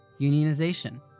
unionization